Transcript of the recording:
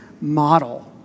model